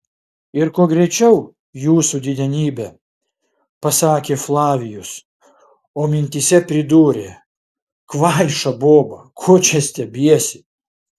ir kuo greičiau jūsų didenybe pasakė flavijus o mintyse pridūrė kvaiša boba ko čia stebiesi